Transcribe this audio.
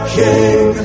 king